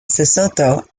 sesotho